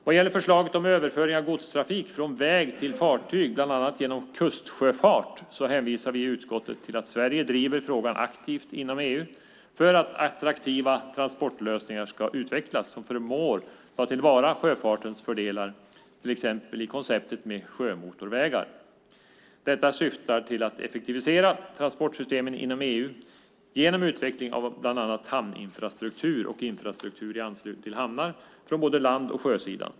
Vad gäller förslaget om överföring av godstrafik från väg till fartyg, bland annat genom kustsjöfart, hänvisar utskottet till att Sverige driver frågan aktivt inom EU för att attraktiva transportlösningar ska utvecklas som förmår ta till vara sjöfartens fördelar, till exempel i konceptet med sjömotorvägar. Detta syftar till att effektivisera transportsystemen inom EU genom utveckling av bland annat hamninfrastruktur och infrastruktur i anslutning till hamnar från både land och sjösidan.